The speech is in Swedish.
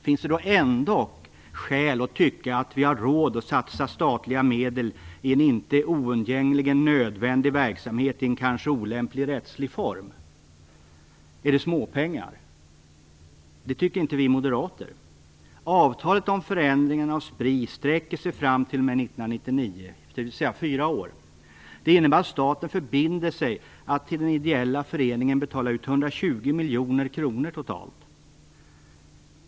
Finns det då ändock skäl att tycka att vi har råd att satsa statliga medel i en inte oundgängligen nödvändig verksamhet i en kanske olämplig rättslig form? Är det småpengar? Det tycker inte vi moderater. Avtalet om förändringen av Spri sträcker sig fram t.o.m. 1999, dvs. fyra år. Det innebär att staten förbinder sig att till den ideella föreningen betala ut totalt 120 miljoner kronor.